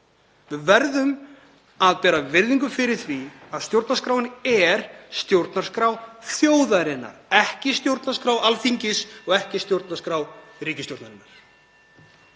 Við verðum að bera virðingu fyrir því að stjórnarskráin er stjórnarskrá þjóðarinnar, ekki stjórnarskrá Alþingis og ekki stjórnarskrá ríkisstjórnarinnar.